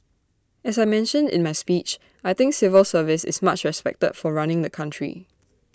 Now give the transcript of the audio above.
as I mentioned in my speech I think our civil service is much respected for running the country